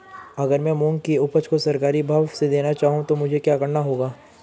अगर मैं मूंग की उपज को सरकारी भाव से देना चाहूँ तो मुझे क्या करना होगा?